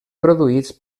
produïts